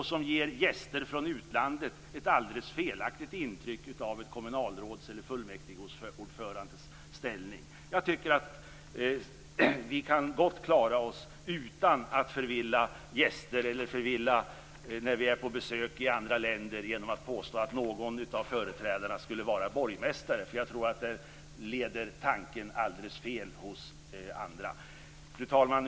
Det ger gäster från utlandet ett alldeles felaktigt intryck av ett kommunalråds eller en fullmäktigeordförandes ställning. Jag tycker att vi gott kan klara oss utan att förvilla gäster eller att förvilla andra när vi är på besök i andra länder genom att påstå att någon av företrädarna skulle vara borgmästare. Jag tror att det leder tanken alldeles fel hos andra. Fru talman!